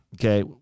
okay